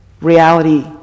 reality